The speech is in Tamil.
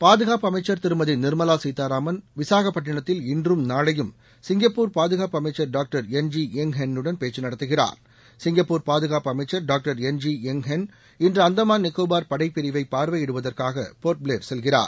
பாதுகாப்பு அமைச்சர் திருமதி நிர்மலா சீதாராமன் விசாகப்பட்டினத்தில் இன்றும் நாளையும் சிங்கப்பூர் பாதுகாப்பு அமைச்சர் doctor Ng Eng Hen வுடன் பேச்சு நடத்துகிறார் சிங்கப்பூர் பாதுகாப்பு அமைச்சர் டாக்டர் என் ஜி பெங் ஹென் இன்று அந்தமான் நிக்கோபார் படைப்பிரிவை பார்வையிடுவதற்காக போர்ட்பிளேர் செல்கிறார்